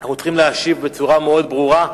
אנחנו צריכים להשיב בצורה מאוד ברורה: